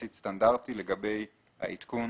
יחסית סטנדרטי לגבי העדכון